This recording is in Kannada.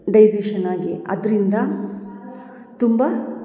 ಡೈಜೇಶನ್ ಆಗಿ ಅದರಿಂದ ತುಂಬ